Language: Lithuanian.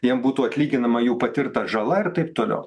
jiems būtų atlyginama jų patirta žala ir taip toliau